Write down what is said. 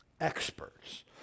Experts